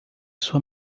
sua